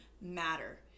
matter